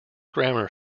grammar